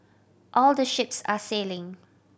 all the ships are sailing